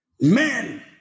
men